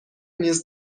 نیز